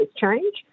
change